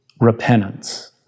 repentance